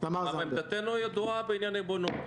עמדתנו ידועה בעניין הריבונות.